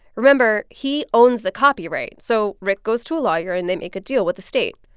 remember he owns the copyright. so rick goes to a lawyer, and they make a deal with the state.